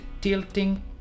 tilting